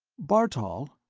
bartol?